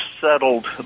settled